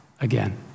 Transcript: again